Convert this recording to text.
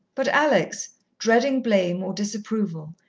but alex, dreading blame or disapproval,